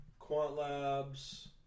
Quantlabs